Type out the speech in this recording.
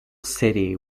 city